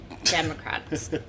Democrats